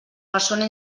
persona